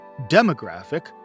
Demographic